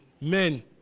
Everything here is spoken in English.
Men